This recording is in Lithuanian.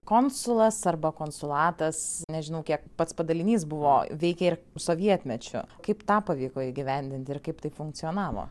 konsulas arba konsulatas nežinau kiek pats padalinys buvo veikė ir sovietmečiu kaip tą pavyko įgyvendinti ir kaip tai funkcionavo